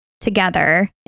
together